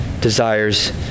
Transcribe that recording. desires